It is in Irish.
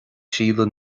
síle